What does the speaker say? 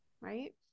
right